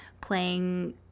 playing